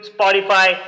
Spotify